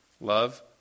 love